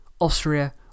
Austria